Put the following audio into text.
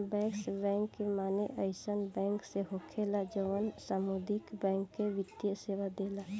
bankers bank के माने अइसन बैंक से होखेला जवन सामुदायिक बैंक के वित्तीय सेवा देला